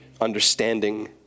understanding